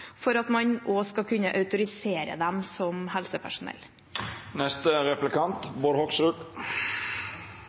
for at man også skal kunne autorisere dem som